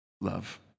love